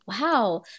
wow